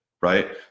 right